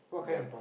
then